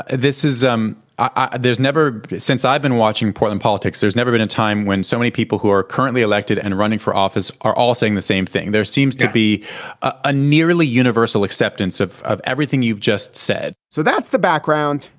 this is um ah there's never since i've been watching portland politics. there's never been a time when so many people who are currently elected and running for office are all saying the same thing. there seems to be a nearly universal acceptance of of everything you've just said so that's the background.